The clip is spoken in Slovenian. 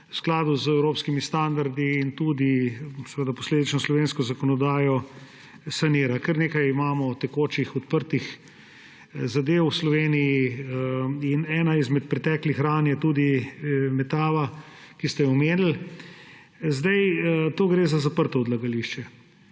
v skladu evropskimi standardi tudi seveda posledično slovensko zakonodajo sanira. Kar nekaj imamo tekočih, odprtih zadev v Sloveniji in ena izmed preteklih ran je tudi Metava, ki ste jo omenili. Tu gre za zaprto odlagališče,